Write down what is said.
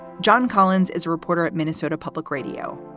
john collins is a reporter at minnesota public radio.